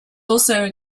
also